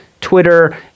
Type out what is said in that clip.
twitter